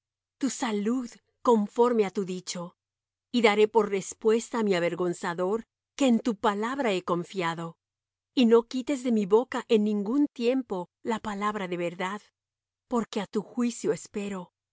tu salud conforme á tu dicho y daré por respuesta á mi avergonzador que en tu palabra he confiado y no quites de mi boca en nigún tiempo la palabra de verdad porque á tu juicio espero